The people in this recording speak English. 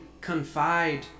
confide